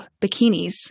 bikinis